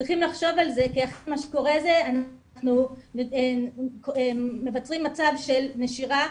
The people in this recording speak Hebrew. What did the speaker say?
צריכים לחשוב על זה כי אחרת מה שקורה שאנחנו יוצרים מצב של נשירה